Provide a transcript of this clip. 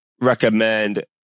recommend